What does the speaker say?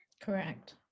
Correct